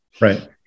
Right